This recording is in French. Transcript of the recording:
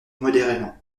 modérément